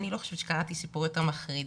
אני לא קראתי סיפור יותר מחריד,